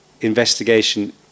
investigation